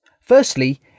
Firstly